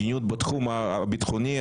מדיניות בתחום הביטחוני,